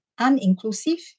uninclusive